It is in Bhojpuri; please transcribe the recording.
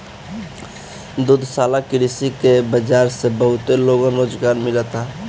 दुग्धशाला कृषि के बाजार से बहुत लोगन के रोजगार मिलता